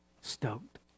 stoked